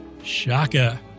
Shaka